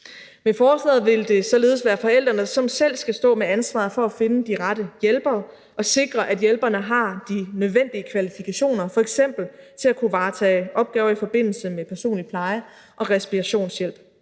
Med forslaget ville det således være forældrene, som selv skal stå med ansvaret for at finde de rette hjælpere og sikre, at hjælperne har de nødvendige kvalifikationer, f.eks. til at kunne varetage opgaver i forbindelse med personlig pleje og respirationshjælp.